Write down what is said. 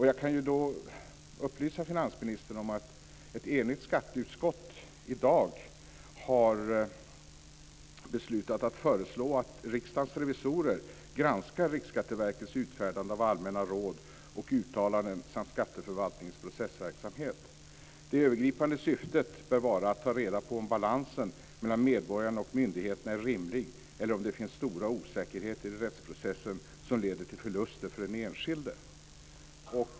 Jag kan upplysa finansministern om att ett enigt skatteutskott i dag har beslutat att föreslå att Riksdagens revisorer granskar Riksskatteverkets utfärdande av allmänna råd och uttalanden samt skatteförvaltningens processverksamhet. Det övergripande syftet bör vara att ta reda på om balansen mellan medborgarna och myndigheterna är rimlig eller om det finns stor osäkerhet i rättsprocessen som leder till förluster för den enskilde.